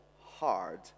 hard